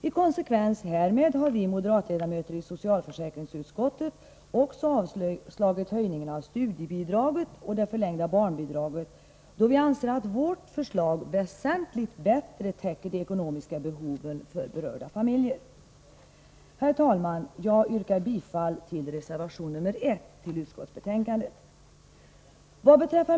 I konsekvens härmed har vi moderatledamöter i socialförsäkringsutskottet avstyrkt propositionens förslag vad gäller höjningen av studiebidraget och det förlängda barnbidraget, då vi anser att vårt förslag väsentligt bättre täcker de ekonomiska behoven för berörda familjer. Herr talman! Jag yrkar bifall till reservation nr 1 till utskottsbetänkandet.